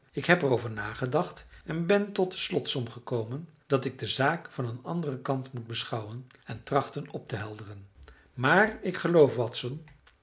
ik heb er over nagedacht en ben tot de slotsom gekomen dat ik de zaak van een anderen kant moet beschouwen en trachten op te helderen maar ik geloof watson